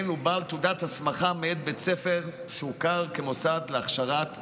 הוא בעל תעודת הסמכה מאת בית ספר שהוכר כמוסד להכשרת מאמנים.